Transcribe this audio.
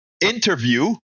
interview